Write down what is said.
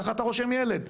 ככה אתה רושם ילד,